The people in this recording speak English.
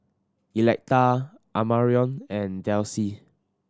Electa Amarion and Delcie